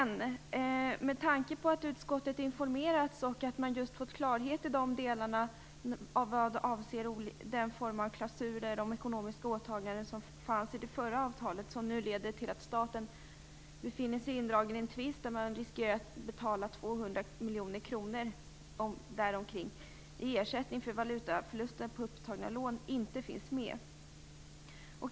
Utskottet har emellertid informerats och fått klarhet i att de delar som avser den klausul som berör de ekonomiska åtagandena i det förra avtalet, åtaganden som har lett till att staten nu har dragits in i en tvist där man riskerar att få betala 200 miljoner kronor i ersättning för valutaförlusten på upptagna lån, att dessa delar inte finns med.